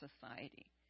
society